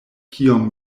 kiom